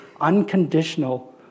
unconditional